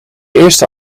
eerste